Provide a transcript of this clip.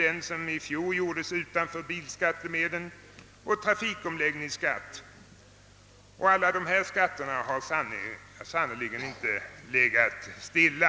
Alla dessa skatter och avgifter har sannerligen inte legat stilla.